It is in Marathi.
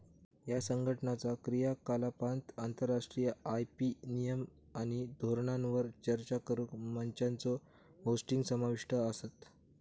ह्या संघटनाचा क्रियाकलापांत आंतरराष्ट्रीय आय.पी नियम आणि धोरणांवर चर्चा करुक मंचांचो होस्टिंग समाविष्ट असता